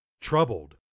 Troubled